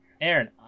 Aaron